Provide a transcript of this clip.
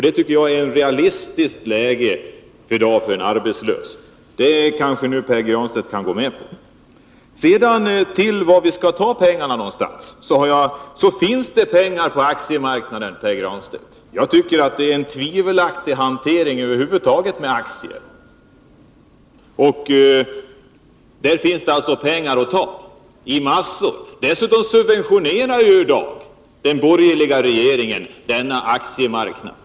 Det tycker jag är ett realistiskt belopp för en arbetslös i dag. Det kanske Pär Granstedt kan gå med på. Varifrån skall vi ta pengarna? Det finns pengar på aktiemarknaden, Pär Granstedt. Jag tycker att det är en tvivelaktig hantering över huvud taget med aktier. Där finns det alltså massor av pengar att ta. Dessutom subventionerar ju i dag den borgerliga regeringen denna aktiemarknad.